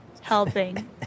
helping